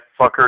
fucker